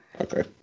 Okay